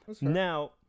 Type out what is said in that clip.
now